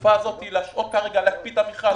הקפאת המכרז.